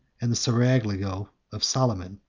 and the seraglio of solomon.